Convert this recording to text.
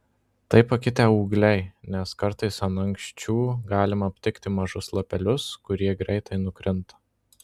tai pakitę ūgliai nes kartais ant aksčių galima aptikti mažus lapelius kurie greitai nukrinta